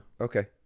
Okay